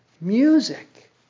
Music